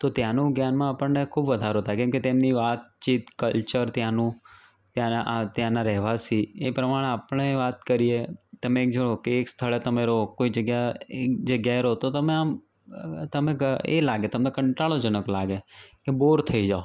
તો ત્યાંનું જ્ઞાનમાં આપણને ખૂબ વધારો થાય કેમકે તેમની વાતચીત કલ્ચર ત્યાંનુ ત્યાંના આ ત્યાંના રહેવાસી એ પ્રમાણે આપણે વાત કરીએ તમે એક જુઓ એક સ્થળે તમે રહો કોઇ જગ્યા એક જગ્યાએ રહો તો તમે આમ તમે એ લાગે તમને કંટાળાજનક લાગે કે બોર થઇ જાવ